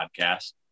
podcast